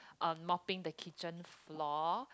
um mopping the kitchen floor